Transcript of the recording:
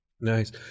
Nice